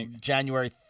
January